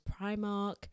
primark